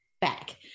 back